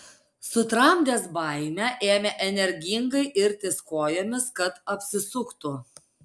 sutramdęs baimę ėmė energingai irtis kojomis kad apsisuktų